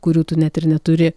kurių tu net ir neturi